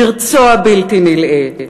מרצו הבלתי-נלאה,